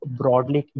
broadly